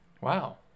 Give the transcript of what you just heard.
Wow